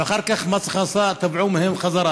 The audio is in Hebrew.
ואחר כך מס הכנסה תבעו מהם חזרה,